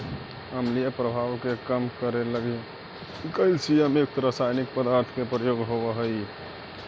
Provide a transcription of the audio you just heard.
अम्लीय प्रभाव के कम करे लगी कैल्सियम युक्त रसायनिक पदार्थ के प्रयोग होवऽ हई